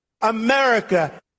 America